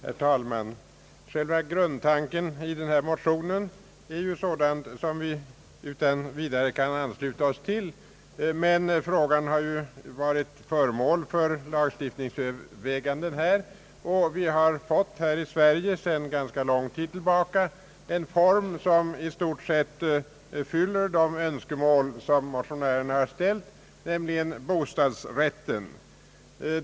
Herr talman! Själva grundtanken i den föreliggande motionen kan vi utan vidare ansluta oss till, men frågan har ju redan för länge sedan varit föremål för lagstiftningsöverväganden, och vi har sedan ganska lång tid i Sverige tilllämpat en form, som i stort sett fyller de önskemål som motionärerna har ställt, nämligen bostadsrätten.